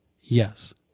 Yes